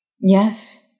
yes